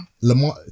Lamar